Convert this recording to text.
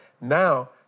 Now